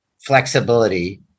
flexibility